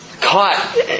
caught